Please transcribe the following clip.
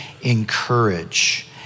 encourage